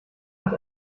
hat